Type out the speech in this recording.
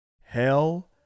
hell